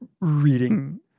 reading